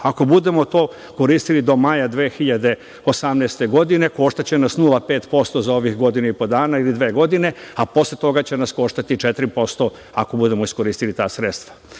ako budemo to koristili do maja 2018. godine koštaće nas 0,5% za ovih godinu i po dana ili dve godine, a posle toga će nas koštati 4% ako budemo iskoristili ta sredstva. Prema